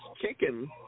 chicken